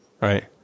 Right